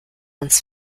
uns